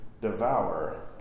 devour